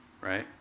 Right